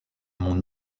monts